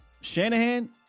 Shanahan